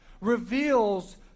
reveals